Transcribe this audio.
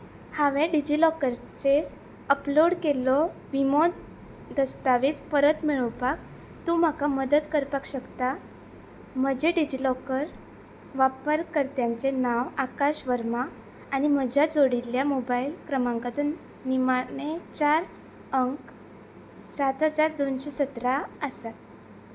हांवें डिजिलॉकरचेर अपलोड केल्लो विमो दस्तावेज परत मेळोवपाक तूं म्हाका मदत करपाक शकता म्हजें डिजिलॉकर वापरकर्त्यांचें नांव आकाश वर्मा आनी म्हज्या जोडिल्ल्या मोबायल क्रमांकाचो निमाणे चार अंक सात हजार दोनशे सतरा आसात